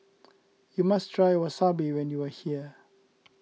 you must try Wasabi when you are here